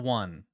one